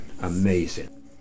amazing